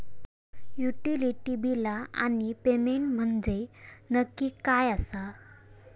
Utility बिला आणि payment म्हंजे नक्की काय आसा?